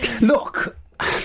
Look